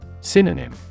Synonym